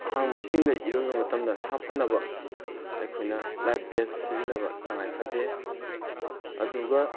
ꯑꯍꯥꯡꯕ ꯏꯁꯤꯡꯗ ꯏꯔꯣꯏꯕ ꯃꯇꯝꯗ ꯁꯥꯐꯅꯕ ꯑꯩꯈꯣꯏꯅ ꯂꯥꯏꯐ ꯚꯦꯁ ꯁꯤꯖꯤꯟꯅꯕ ꯇꯥꯉꯥꯏ ꯐꯗꯦ ꯑꯗꯨꯒ